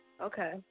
Okay